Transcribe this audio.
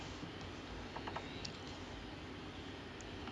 mm